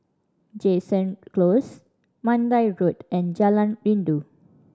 Jansen Close Mandai Road and Jalan Rindu